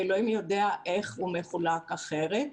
ואלוהים יודע איך הוא מחולק אחרת,